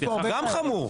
גם חמור.